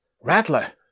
Rattler